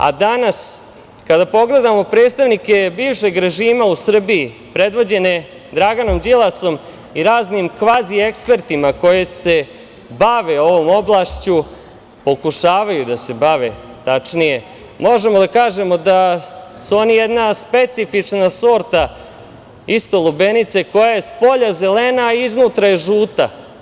Danas kada pogledamo predstavnike bivšeg režima u Srbiji predvođene Draganom Đilasom i raznim kvazi ekspertima koje se bave ovom oblašću, pokušavaju da se bave tačnije, možemo da kažemo, da su oni jedna specifična sorta isto lubenice koja je spolja zelena, a iznutra je žuta.